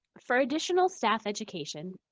for additional staff education,